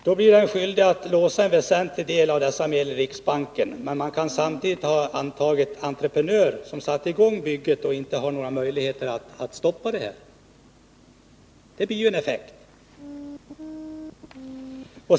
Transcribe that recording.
Den blir skyldig att låsa en väsentlig del av dessa medel i riksbanken, men samtidigt kan kommunen ha antagit entreprenör som har satt i gång bygget och inte har några möjligheter att stoppa det. Det blir ju en effekt.